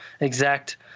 exact